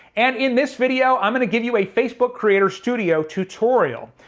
and in this video, i'm gonna give you a facebook creator studio tutorial.